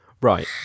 Right